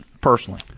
personally